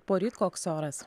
poryt koks oras